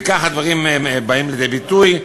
וכך הדברים באים לידי ביטוי.